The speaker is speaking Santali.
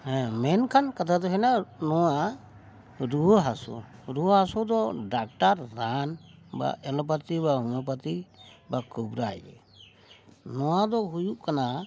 ᱦᱮᱸ ᱢᱮᱱᱠᱷᱟᱱ ᱠᱟᱛᱷᱟ ᱫᱚ ᱦᱩᱭᱱᱟ ᱱᱚᱣᱟ ᱨᱩᱣᱟᱹᱼᱦᱟᱹᱥᱩ ᱨᱩᱣᱟᱹᱼᱦᱟᱹᱥᱩ ᱫᱚ ᱰᱟᱠᱛᱟᱨ ᱨᱟᱱ ᱵᱟ ᱮᱞᱳᱯᱟᱛᱤ ᱵᱟ ᱦᱳᱢᱤᱭᱳᱯᱟᱛᱤ ᱵᱟ ᱠᱚᱵᱽᱨᱟᱭ ᱱᱚᱣᱟ ᱫᱚ ᱦᱩᱭᱩᱜ ᱠᱟᱱᱟ